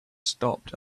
stopped